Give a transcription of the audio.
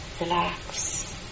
relax